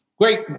Great